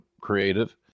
creative